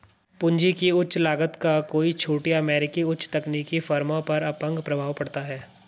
पूंजी की उच्च लागत का कई छोटी अमेरिकी उच्च तकनीकी फर्मों पर अपंग प्रभाव पड़ता है